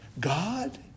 God